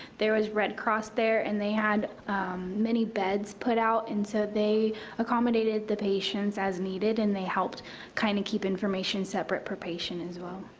there was red cross there, and they had many beds put out, and so they accommodated the patients as needed, and they helped kind of keep information separate, per patient, as well.